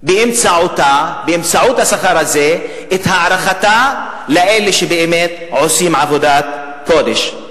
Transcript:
באמצעות השכר הזה את הערכתן לאלה שבאמת עושים עבודת קודש.